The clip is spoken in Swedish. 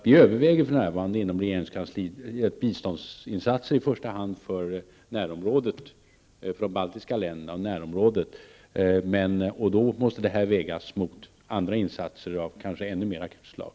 Vi överväger för närvarande inom regeringskansliet biståndsinsatser i första hand för de baltiska länderna och närområdet, och då måste detta vägas mot andra insatser, kanske av ännu mer akut slag.